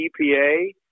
EPA